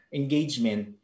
engagement